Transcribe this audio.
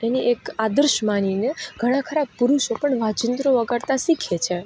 એને એક આદર્શ માનીને ઘણા ખરા પુરુષો પણ વાજીંત્રો વગાડતા શીખે છે